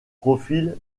profil